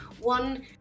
one